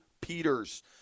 Peters